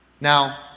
Now